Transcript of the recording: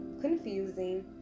confusing